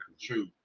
True